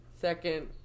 Second